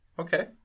Okay